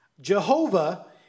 Jehovah